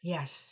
Yes